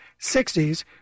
60s